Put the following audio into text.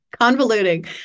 convoluting